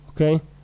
okay